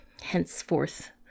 henceforth